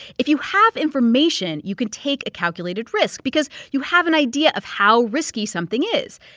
if you have information, you can take a calculated risk because you have an idea of how risky something is.